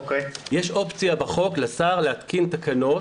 יש אופציה בחוק לשר להתקין תקנות,